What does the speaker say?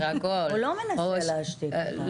הוא לא מנסה להשתיק אותך.